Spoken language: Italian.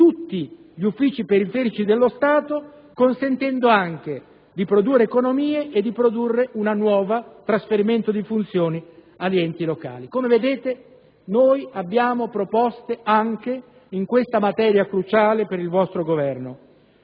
tutti gli uffici periferici dello Stato, consentendo anche di produrre economie e un nuovo trasferimento di funzioni agli enti locali. Come vedete, abbiamo proposte anche in questa materia cruciale per il vostro Governo.